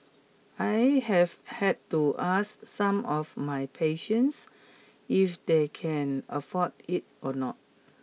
I have had to ask some of my patients if they can afford it or not